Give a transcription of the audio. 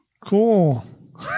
Cool